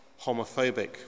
homophobic